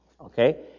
Okay